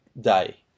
day